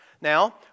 Now